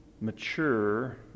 mature